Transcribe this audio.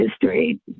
history